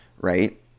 right